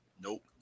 Nope